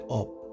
up